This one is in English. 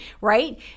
right